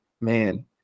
man